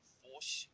force